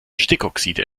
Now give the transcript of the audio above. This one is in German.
stickoxide